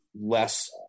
less